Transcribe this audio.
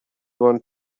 want